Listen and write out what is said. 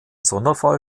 sonderfall